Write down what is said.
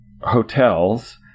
hotels